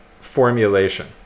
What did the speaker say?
formulation